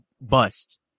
bust